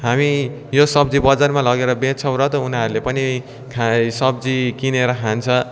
हामी यो सब्जी बजारमा लगेर बेच्छौँ र त उनीहरूले पनि खा सब्जी किनेर खान्छ